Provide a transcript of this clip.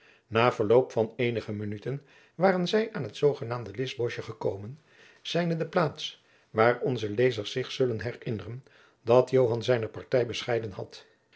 na verloop van eenige minuten waren zij aan het zoogenaamde lischboschje gekomen jacob van lennep de pleegzoon zijnde de plaats waar onze lezers zich zullen herinneren dat joan zijne partij bescheiden had